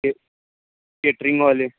के केटरिंगवाले